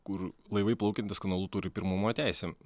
kur laivai plaukiantys kanalu turi pirmumo teisę